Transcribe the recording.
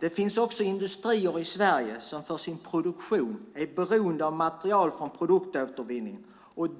Det finns industrier i Sverige som för sin produktion är beroende av material från produktåtervinningen.